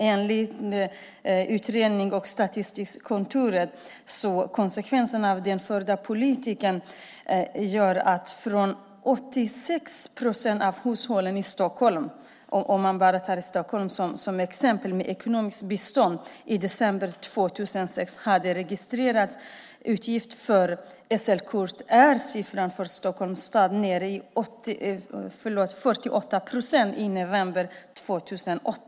Enligt Utrednings och statistikkontoret är konsekvensen av den förda politiken - om man tar Stockholm som exempel - att i december 2006 hade 86 procent av hushållen med ekonomiskt bistånd i Stockholms stad registrerade utgifter för SL-kort medan den siffran i november 2008 vara nere i 48 procent.